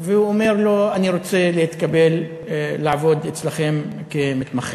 והוא אומר לו: אני רוצה להתקבל לעבוד אצלכם כמתמחה.